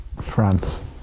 France